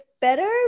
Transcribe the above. better